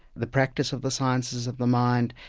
the practice of the sciences of the mind,